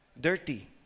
dirty